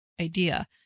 idea